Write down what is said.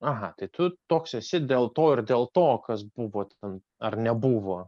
aha tai tu toks esi dėl to ir dėl to kas buvo ten ar nebuvo